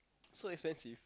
so expensive